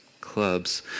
clubs